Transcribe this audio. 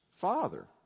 father